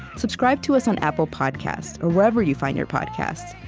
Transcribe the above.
subscribe to us on apple podcasts or wherever you find your podcasts.